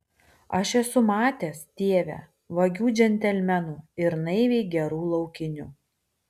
aš esu matęs tėve vagių džentelmenų ir naiviai gerų laukinių